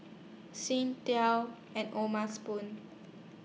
Singtel and O'ma Spoon